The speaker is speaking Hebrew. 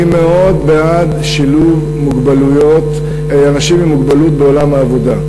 אני מאוד בעד שילוב אנשים עם מוגבלות בעולם העבודה.